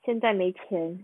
现在没钱